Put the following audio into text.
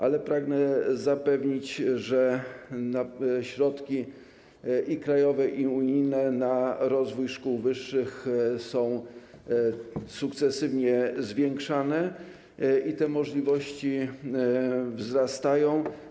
Ale pragnę zapewnić, że środki i krajowe, i unijne na rozwój szkół wyższych są sukcesywnie zwiększane i te możliwości wzrastają.